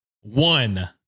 One